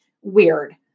Weird